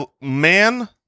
Man